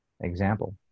example